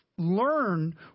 learn